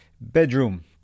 bedroom